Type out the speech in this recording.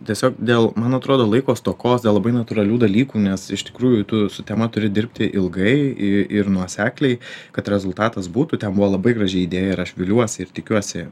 tiesiog dėl man atrodo laiko stokos dėl labai natūralių dalykų nes iš tikrųjų tu su tema turi dirbti ilgai i ir nuosekliai kad rezultatas būtų ten buvo labai graži idėja ir aš viliuosi ir tikiuosi